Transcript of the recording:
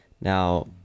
now